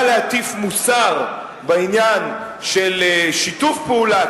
להטיף מוסר בעניין של שיתוף פעולה,